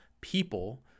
people